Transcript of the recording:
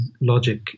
logic